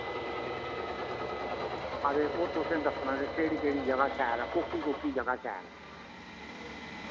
ते ओह् तुसें दस्सना की केह्ड़ी केह्ड़ी जगह शैल ऐ कोह्की कोह्की जगह शैल ऐ